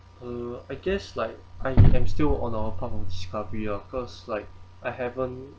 uh I guess like I am still on a path of discovery lah cause like I haven't